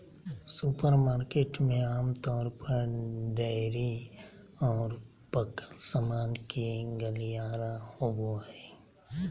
supermarket में आमतौर पर डेयरी और पकल सामान के गलियारा होबो हइ